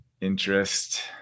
interest